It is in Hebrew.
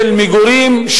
של מגורים,